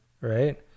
right